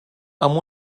amb